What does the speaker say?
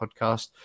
podcast